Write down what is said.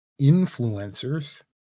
Influencers